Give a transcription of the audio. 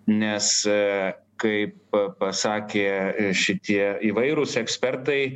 nes kaip pasakė šitie įvairūs ekspertai